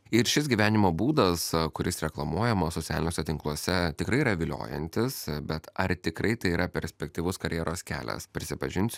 ir šis gyvenimo būdas kuris reklamuojamas socialiniuose tinkluose tikrai yra viliojantis bet ar tikrai tai yra perspektyvus karjeros kelias prisipažinsiu